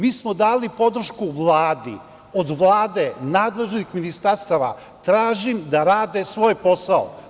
Mi smo dali podršku Vladi, od Vlade, nadležnih ministarstava tražim da rade svoj posao.